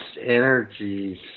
energies